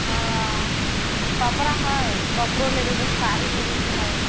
हँ कपड़ा है कपड़ो लेबयके है साड़ी लेबयके है